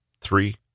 Three